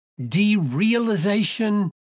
derealization